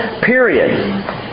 period